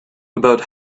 about